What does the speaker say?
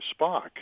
Spock